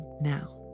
now